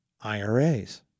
IRAs